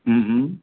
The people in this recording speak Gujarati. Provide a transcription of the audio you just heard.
હા હા